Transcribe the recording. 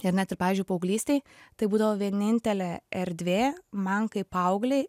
ir net ir pavyzdžiui paauglystėj tai būdavo vienintelė erdvė man kaip paauglei